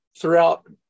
throughout